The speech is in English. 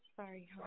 Sorry